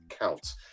counts